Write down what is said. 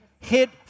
hit